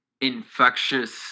infectious